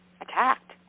attacked